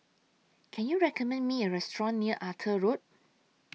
Can YOU recommend Me A Restaurant near Arthur Road